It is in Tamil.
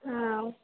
ஆ